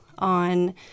on